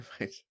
Right